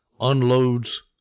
unloads